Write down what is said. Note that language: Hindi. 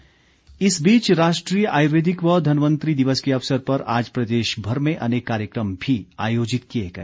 आयुर्वेद दिवस इस बीच राष्ट्रीय आयुर्वेदिक व धनवंतरि दिवस के अवसर पर आज प्रदेश भर में अनेक कार्यक्रम भी आयोजित किए गए